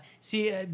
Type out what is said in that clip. See